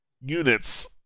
units